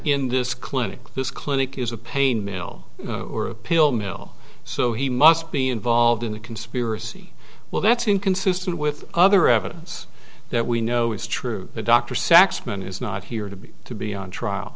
in this clinic this clinic is a pain mill or a pill mill so he must be involved in the conspiracy well that's inconsistent with other evidence that we know is true that dr saxman is not here to be to be on trial